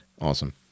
Awesome